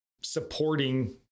supporting